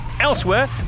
Elsewhere